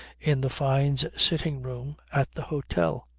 in the fynes' sitting-room at the hotel.